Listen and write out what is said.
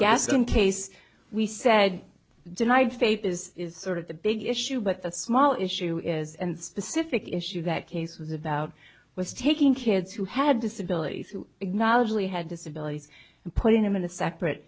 gas and case we said deny fate is sort of the big issue but the small issue is and specific issue that case was about was taking kids who had disabilities who acknowledge we had disabilities and putting them in a separate